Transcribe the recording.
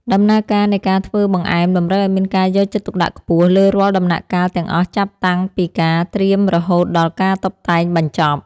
ដំណើរការនៃការធ្វើបង្អែមតម្រូវឱ្យមានការយកចិត្តទុកដាក់ខ្ពស់លើរាល់ដំណាក់កាលទាំងអស់ចាប់តាំងពីការត្រៀមរហូតដល់ការតុបតែងបញ្ចប់។